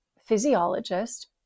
physiologist